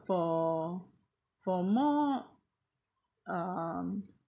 for for more um